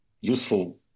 useful